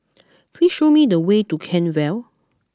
please show me the way to Kent Vale